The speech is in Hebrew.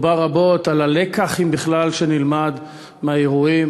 דובר רבות על הלקח, אם בכלל שנלמד מהאירועים.